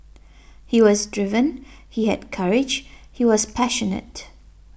he was driven he had courage he was passionate